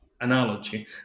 analogy